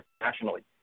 internationally